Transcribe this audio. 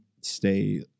stay